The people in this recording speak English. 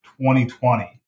2020